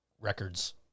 records